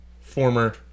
former